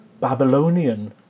Babylonian